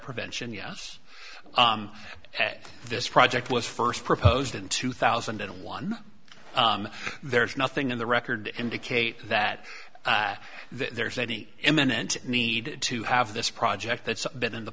prevention yes at this project was first proposed in two thousand and one there's nothing in the record indicate that there's any imminent need to have this project that's been in the